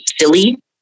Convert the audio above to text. silly